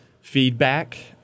feedback